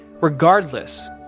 regardless